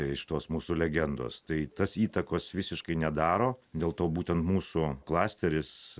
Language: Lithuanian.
iš tos mūsų legendos tai tas įtakos visiškai nedaro dėl to būtent mūsų klasteris